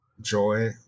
joy